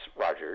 Roger